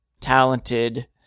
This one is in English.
talented